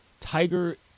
Tiger